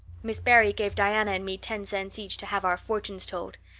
miss barry gave diana and me ten cents each to have our fortunes told.